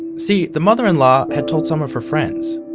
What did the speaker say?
see, the mother-in-law had told some of her friends,